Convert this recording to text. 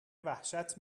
وحشت